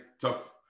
tough